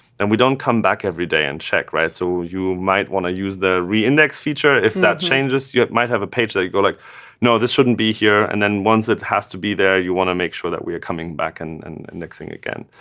and we don't come back every day and check. so you might want to use the re-index feature if that changes. you might have a page that you go, like no, this shouldn't be here, and then once it has to be there, you want to make sure that we are coming back and and indexing again.